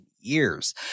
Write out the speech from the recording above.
years